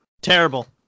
terrible